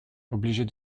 obligée